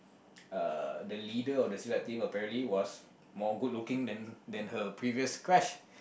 uh the leader of the Silat team apparently was more good looking than than her previous crush